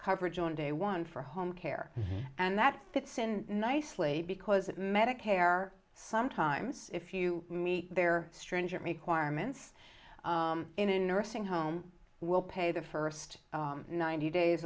coverage on day one for home care and that fits in nicely because medicare sometimes if you meet their stringent requirements in a nursing home will pay the first ninety days